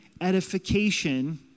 edification